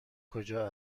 کجا